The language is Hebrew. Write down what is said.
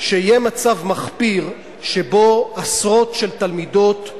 שיהיה מצב מחמיר שבו עשרות תלמידות,